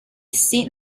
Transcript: essi